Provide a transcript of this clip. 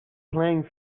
playing